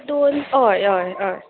दोन हय हय हय